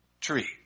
tree